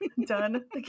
done